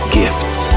gifts